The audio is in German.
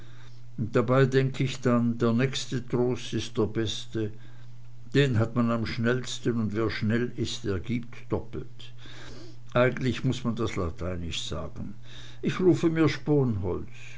dabei denk ich dann der nächste trost ist der beste den hat man am schnellsten und wer schnell gibt der gibt doppelt eigentlich muß man es lateinisch sagen ich rufe mir sponholz